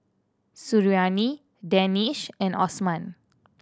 Suriani Danish and Osman